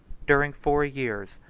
during four years,